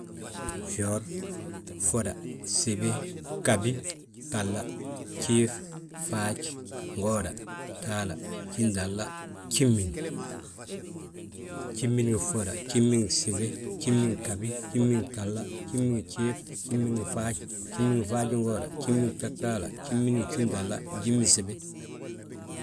fyoor, ffoda, gsibi, ghabi, gtahla, gjiif, faaji, ngooda, gtahal, ginjintahla gjimin, njiminsibi ngi ffoda, njiminsibi ngi gsibi, njiminsibi ngi ghabi, njiminsibi ngigtahla, njiminsibi ngi gjiif, njiminsibi ngi faaji, njiminsibi ngi faajingooda, njiminsibi ngi gtahal, njiminsibi ngi ginjintahla njiminsibi.